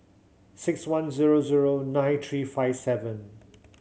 six one zero zero nine three five seven